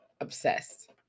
Obsessed